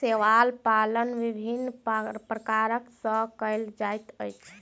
शैवाल पालन विभिन्न प्रकार सॅ कयल जाइत अछि